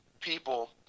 people